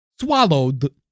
Swallowed